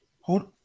Hold